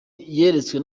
yeretswe